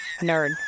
nerd